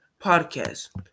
podcast